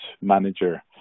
manager